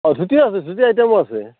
অঁ ধুতিও আছে ধুতি আইটেমো আছে